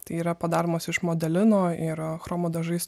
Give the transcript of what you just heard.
tai yra padaromos iš modalino ir chromo dažais